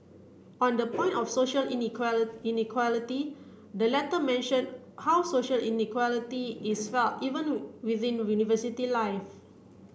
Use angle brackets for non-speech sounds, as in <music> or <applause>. on the point of social <unintelligible> inequality the letter mentioned how social inequality is felt even within university life